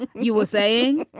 and you will saying.